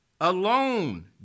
alone